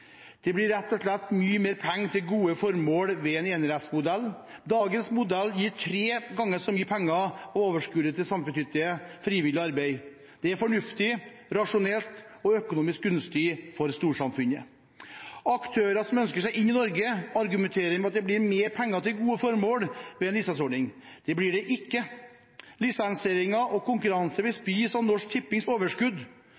Det blir rett og slett mye mer penger til gode formål med en enerettsmodell. Dagens modell gir tre ganger så mye penger av overskuddet til samfunnsnyttig, frivillig arbeid. Det er fornuftig, rasjonelt og økonomisk gunstig for storsamfunnet. Aktører som ønsker seg inn i Norge, argumenterer med at det blir mer penger til gode formål ved en lisensordning. Det blir det ikke. Lisensieringen og konkurransen vil spise av Norsk Tippings overskudd.